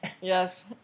yes